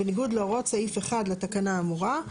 בניגוד להוראות סעיף 1 לתקנה האמורה.